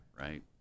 right